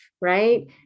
right